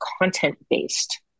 content-based